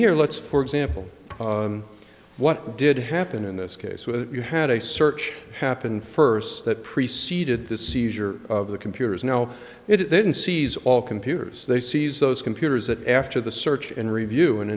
here let's for example what did happen in this case when you had a search happen first that preceded the seizure of the computers now it didn't seize all computers they seize those computers that after the search and review an